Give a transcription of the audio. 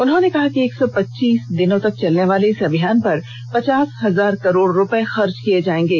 उन्होंने कहा कि एक सौ पच्चीस दिनों तक चलने वाले इस अभियान पर पचास हजार करोड़ रुपए खर्च किए जाएंगे